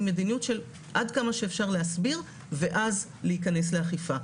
היא מדיניות של עד כמה שאפשר להסביר ואז להיכנס לאכיפה.